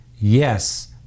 Yes